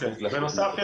בנוסף,